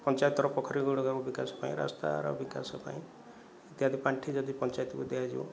ପଞ୍ଚାୟତର ପୋଖରୀ ଗୁଡ଼ିକ ବିକାଶ ପାଇଁ ରାସ୍ତାର ବିକାଶ ପାଇଁ ଇତ୍ୟାଦି ପାଣ୍ଠି ଯଦି ପଞ୍ଚାୟତକୁ ଦିଆଯିବ